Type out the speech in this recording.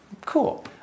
cool